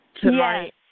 tonight